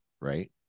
right